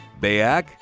Bayak